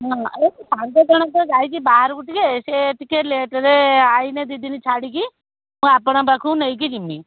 ହଁ ଏ ସେ ସାଙ୍ଗ ଜଣକ ଯାଇଛି ବାହାରକୁ ଟିକିଏ ସେ ଟିକିଏ ଲେଟ୍ରେ ଆଇଲେ ଦୁଇଦିନ ଛାଡ଼ିକି ମୁଁ ଆପଣଙ୍କ ପାଖକୁ ନେଇକି ଜିମି